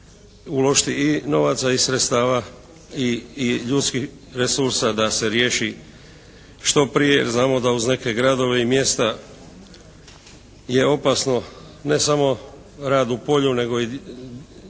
uložiti i novaca i sredstava i ljudskih resursa da se riješi što prije. Znamo da uz neke gradove i mjesta je opasno, ne samo rad u polju nego i oko